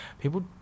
people